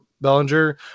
Bellinger